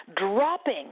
dropping